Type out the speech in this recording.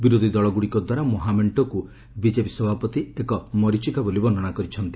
ବିରୋଧୀ ଦଳଗୁଡ଼ିକ ଦ୍ୱାରା ମହାମେଷ୍ଟକୁ ବିଜେପି ସଭାପତି ଏକ ମରିଚିକା ବୋଲି ବର୍ଷ୍ଣନା କରିଛନ୍ତି